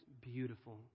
beautiful